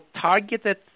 targeted